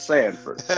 Sanford